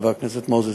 חבר הכנסת מוזס